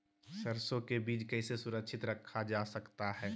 सरसो के बीज कैसे सुरक्षित रखा जा सकता है?